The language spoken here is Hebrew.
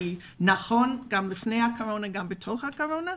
וזה נכון גם לפני הקורונה וגם בתוך הקורונה.